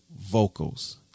vocals